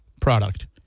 product